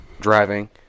Driving